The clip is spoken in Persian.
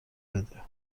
بده